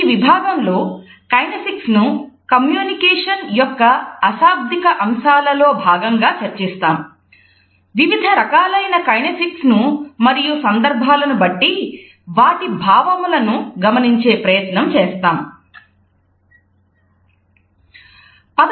ఈ విభాగంలో కైనేసిక్స్ ను మరియు సందర్భాలను బట్టి వాటి భావములను గమనించే ప్రయత్నం చేస్తాము